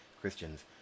Christians